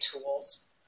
tools